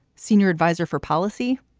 senior adviser for policy.